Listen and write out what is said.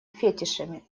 фетишами